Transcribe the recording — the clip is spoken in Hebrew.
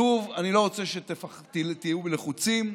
שוב, אני לא רוצה שתהיו לחוצים.